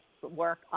work